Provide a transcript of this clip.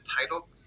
title